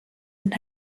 and